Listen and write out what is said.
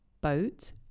boat